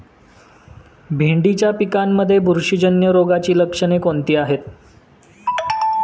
भेंडीच्या पिकांमध्ये बुरशीजन्य रोगाची लक्षणे कोणती आहेत?